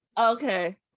Okay